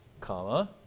comma